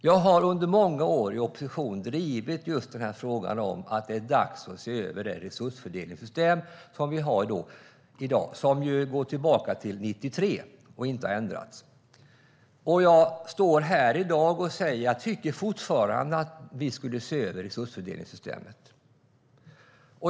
Jag har under många år i opposition drivit just frågan om att det är dags att se över dagens resursfördelningssystem, som går tillbaka till 1993 och som inte har ändrats sedan dess. I dag tycker jag fortfarande att man skulle se över resursfördelningssystemet.